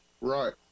Right